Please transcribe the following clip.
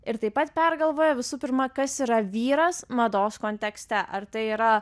ir taip pat pergalvojo visų pirma kas yra vyras mados kontekste ar tai yra